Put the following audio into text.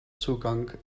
zugang